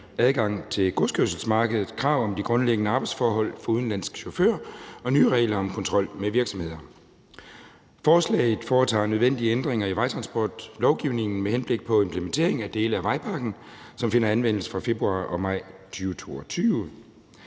adgang til godskørselsmarkedet, krav om de grundlæggende arbejdsforhold for udenlandske chauffører og nye regler om kontrol med virksomheder. Forslaget foretager nødvendige ændringer i vejtransportlovgivningen med henblik på implementeringen af dele af vejpakken, som finder anvendelse fra februar og maj 2022.